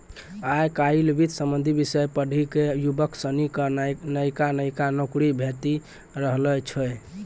आय काइल वित्त संबंधी विषय पढ़ी क युवक सनी क नयका नयका नौकरी भेटी रहलो छै